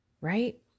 right